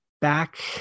back